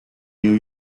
new